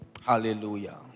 Hallelujah